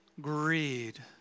greed